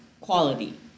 quality